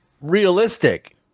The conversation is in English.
realistic